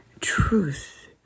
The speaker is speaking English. truth